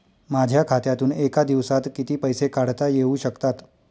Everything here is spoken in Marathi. माझ्या खात्यातून एका दिवसात किती पैसे काढता येऊ शकतात?